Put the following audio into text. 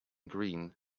green